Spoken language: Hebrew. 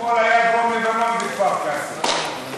היה דרום לבנון בכפר קאסם.